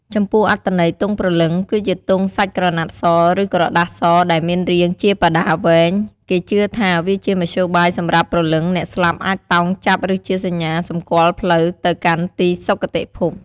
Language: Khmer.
ចំពោះ អត្ថន័យទង់ព្រលឹង គឺជាទង់សាច់ក្រណាត់ស ឬក្រដាសសដែលមានរាងជាបដាវែង គេជឿថាវាជាមធ្យោបាយសម្រាប់ព្រលឹងអ្នកស្លាប់អាចតោងចាប់ ឬជាសញ្ញាសម្គាល់ផ្លូវទៅកាន់ទីសុគតិភព។